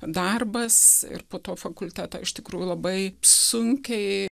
darbas ir po to fakultetą iš tikrųjų labai sunkiai